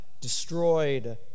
Destroyed